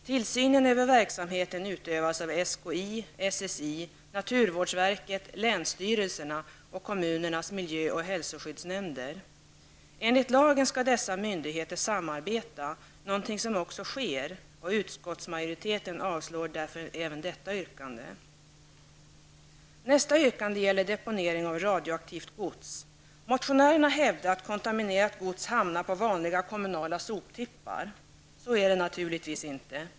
Tillsynen över verksamheten utövas av Enligt lagen skall dessa myndigheter samarbeta, något som också sker, och utskottsmajoriteten avstyrker därför även detta yrkande. Nästa yrkande gäller deponering av radioaktivt gods. Motionärerna hävdar att kontaminerat gods hamnar på vanliga kommunala soptippar. Så är det naturligtvis inte.